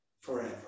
forever